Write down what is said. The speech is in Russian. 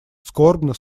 скорбно